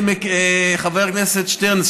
חבר הכנסת שטרן,